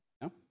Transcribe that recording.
No